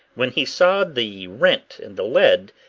when he saw the rent in the lead,